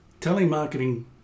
Telemarketing